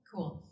Cool